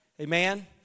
Amen